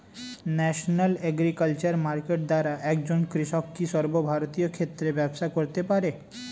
National agriculture market দ্বারা একজন কৃষক কি সর্বভারতীয় ক্ষেত্রে ব্যবসা করতে পারে?